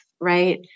Right